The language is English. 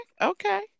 okay